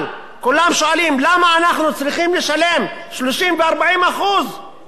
כולם שואלים למה אנחנו צריכים לשלם 30% ו-40% והחברות